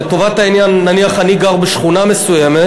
לטובת העניין, נניח אני גר בשכונה מסוימת.